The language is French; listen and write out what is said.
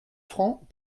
francs